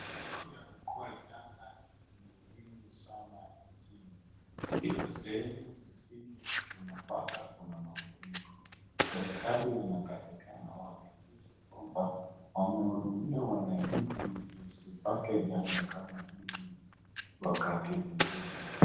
Mafuriko yamekuwa janga muhimu sana nchini. Iko sehemu nchini tunapata kuna mafuriko. Serikali yanatakikana wahakikisha kwamba wamehudumia wananchi tusipate janga kama hili wakati mwingine.